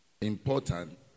important